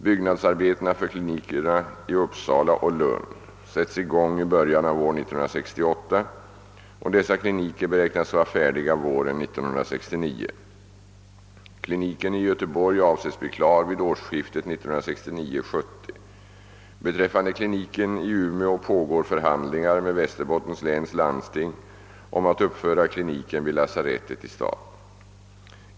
Byggnadsarbetena för klinikerna i Uppsala och Lund sätts i gång i början av år 1968. Dessa kliniker beräknas vara färdiga våren 1969. Kliniken i Göteborg avses bli klar vid årsskiftet 1969/ 70. Beträffande kliniken i Umeå pågår förhandlingar med Västerbottens läns landsting om att uppföra kliniken vid lasarettet i staden.